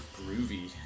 Groovy